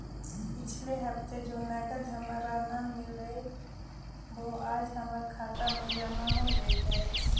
पिछले हफ्ते जो नकद हमारा न मिललइ वो आज हमर खता में जमा हो जतई